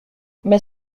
mais